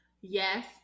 Yes